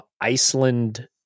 Iceland